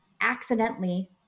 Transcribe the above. accidentally